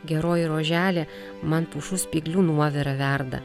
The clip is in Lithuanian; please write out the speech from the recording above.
geroji roželė man pušų spyglių nuovirą verda